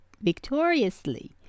victoriously